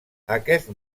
aquest